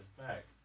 Facts